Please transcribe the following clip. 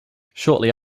shortly